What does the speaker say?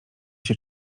się